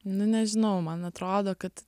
nu nežinau man atrodo kad